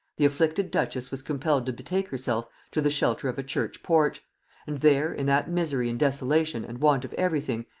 the afflicted duchess was compelled to betake herself to the shelter of a church porch and there, in that misery and desolation and want of every thing,